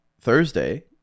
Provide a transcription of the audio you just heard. Thursday